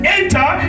enter